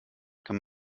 kann